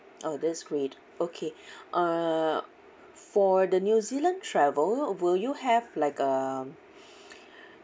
oh that's great okay uh for the new zealand travel would you have like um